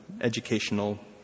educational